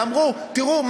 ואמרו: תראו,